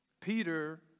Peter